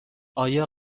آیای